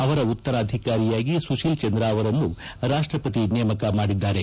ಅವರ ಉತ್ತರಾಧಿಕಾರಿಯಾಗಿ ಸುಶೀಲ್ ಚಂದ್ರ ಅವರನ್ನು ರಾಷ್ಷಪತಿ ನೇಮಕ ಮಾಡಿದ್ದರು